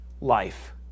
life